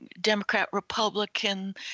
Democrat-Republican